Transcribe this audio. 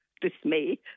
dismay